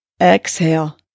Exhale